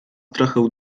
trochę